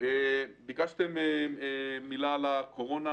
ביקשתם מילה על הקורונה